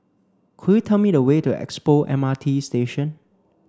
could you tell me the way to Expo M R T Station